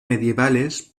medievales